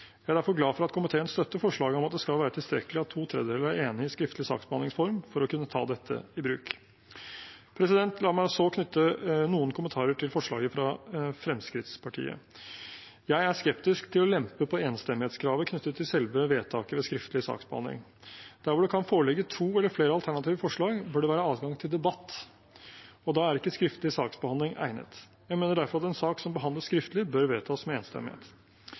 Jeg er derfor glad for at komiteen støtter forslaget om at det skal være tilstrekkelig at to tredjedeler er enig i skriftlig saksbehandlingsform for å kunne ta dette i bruk. La meg så knytte noen kommentarer til forslaget fra Fremskrittspartiet. Jeg er skeptisk til å lempe på enstemmighetskravet knyttet til selve vedtaket ved skriftlig saksbehandling. Der hvor det kan foreligge to eller flere alternative forslag, bør det være adgang til debatt, og da er ikke skriftlig saksbehandling egnet. Jeg mener derfor at en sak som behandles skriftlig, bør vedtas med enstemmighet.